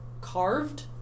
carved